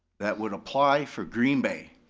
that would apply for green bay.